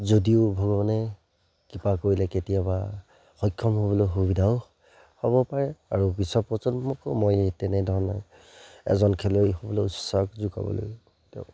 যদিও ভগৱানে কিবা কৰিলে কেতিয়াবা সক্ষম হ'বলৈ সুবিধাও হ'ব পাৰে আৰু পিছৰ প্ৰজন্মকো মই এই তেনেধৰণে এজন খেলুৱৈ হ'বলৈ উৎসাহ যোগাবলৈ তেওঁক